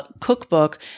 cookbook